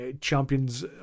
champions